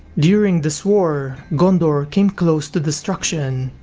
during this war, gondor came close to destruction,